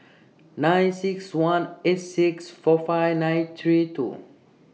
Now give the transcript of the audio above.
nine six one eight six four five nine three two